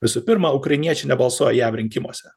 visų pirma ukrainiečiai nebalsuoja jav rinkimuose